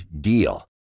DEAL